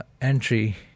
entry